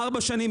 ארבע שנים.